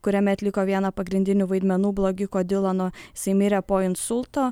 kuriame atliko vieną pagrindinių vaidmenų blogiuko dylano jisai mirė po insulto